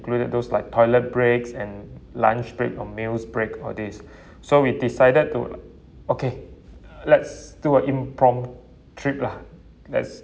included those like toilet breaks and lunch break or meals break or this so we decided to okay let's do a impromptu trip lah let's